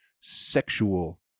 sexual